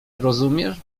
rozumiesz